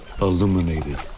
illuminated